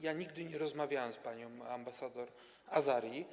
Ja nigdy nie rozmawiałem z panią ambasador Azari.